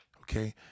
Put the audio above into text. okay